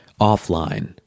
offline